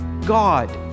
God